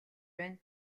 байна